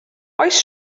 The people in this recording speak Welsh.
oes